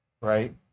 right